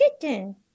kitten